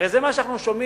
הרי זה מה שאנחנו שומעים